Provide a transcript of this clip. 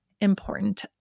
important